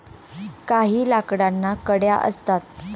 काही लाकडांना कड्या असतात